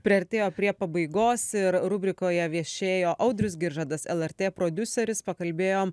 priartėjo prie pabaigos ir rubrikoje viešėjo audrius giržadas lrt prodiuseris pakalbėjom